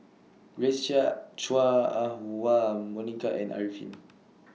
Grace Chia Chua Ah Huwa Monica and Arifin